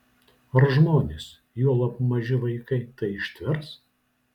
ar žmonės juolab maži vaikai tai ištvers